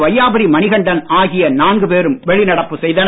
வையாபுரி மணிகண்டன் ஆகிய நான்கு பேரும் வெளிநடப்பு செய்தனர்